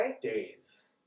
days